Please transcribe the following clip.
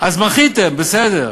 אז מחיתם, בסדר,